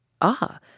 Ah